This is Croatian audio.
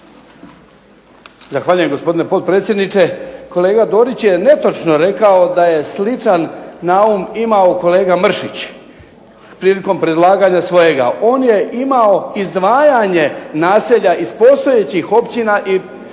Zahvaljujem gospodine potpredsjedniče. Kolega Dorić je netočno rekao da je sličan naum imao kolega Mršić, prilikom predlaganja svojega. On je imao izdvajanje naselja iz postojećih općina i